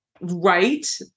right